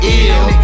ill